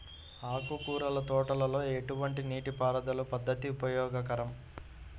ఆకుకూరల తోటలలో ఎటువంటి నీటిపారుదల పద్దతి ఉపయోగకరం?